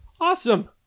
awesome